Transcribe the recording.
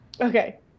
Okay